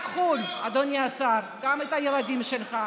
רק חו"ל, אדוני השר, גם הילדים שלך.